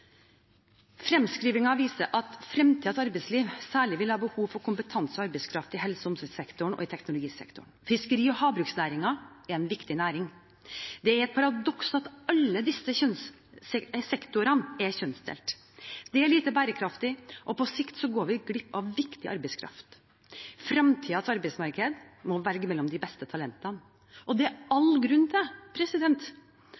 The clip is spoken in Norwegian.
viser at fremtidens arbeidsliv særlig vil ha behov for kompetanse og arbeidskraft i helse- og omsorgssektoren og i teknologisektoren. Fiskeri- og havbruksnæringen er en viktig næring. Det er et paradoks at alle disse sektorene er kjønnsdelte. Det er lite bærekraftig, og på sikt går vi glipp av viktig arbeidskraft. Fremtidens arbeidsmarked må velge mellom de beste talentene, og det er